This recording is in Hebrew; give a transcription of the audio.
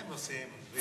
הם יוצאים, עזבי.